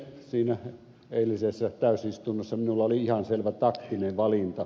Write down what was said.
siinä eilisessä täysistunnossa minulla oli ihan selvä taktinen valinta